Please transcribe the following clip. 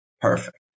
Perfect